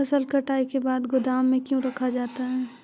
फसल कटाई के बाद गोदाम में क्यों रखा जाता है?